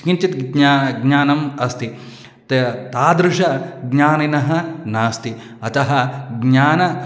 किञ्चित् ज्ञानं ज्ञानम् अस्ति ते तादृशाः ज्ञानिनः नास्ति अतः ज्ञानं